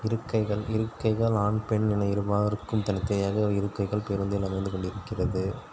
இருக்கைகள் இருக்கைகள் ஆண் பெண் என இருபாலருக்கும் தனித்தனியாக இருக்கைகள் பேருந்தில் அமைந்து கொண்டிருக்கிறது